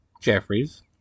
Jeffries